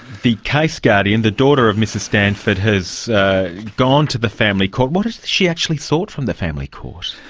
the case guardian, the daughter of mrs stanford, has gone to the family court. what has she actually sought from the family court?